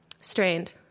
Strained